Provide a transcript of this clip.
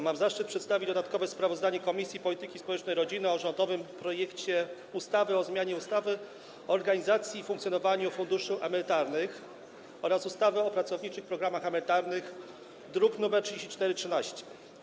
Mam zaszczyt przedstawić dodatkowe sprawozdanie Komisji Polityki Społecznej i Rodziny o rządowym projekcie ustawy o zmianie ustawy o organizacji i funkcjonowaniu funduszy emerytalnych oraz ustawy o pracowniczych programach emerytalnych, druk nr 3413.